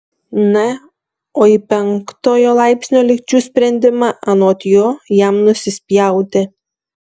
na o į penktojo laipsnio lygčių sprendimą anot jo jam nusispjauti